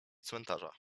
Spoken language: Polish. cmentarza